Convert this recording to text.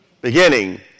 beginning